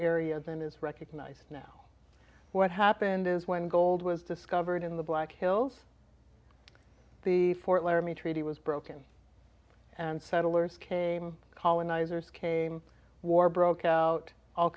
is recognised now what happened is when gold was discovered in the black hills the fort laramie treaty was broken and settlers came colonizers came war broke out all